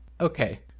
okay